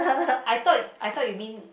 I thought I thought you mean